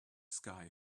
sky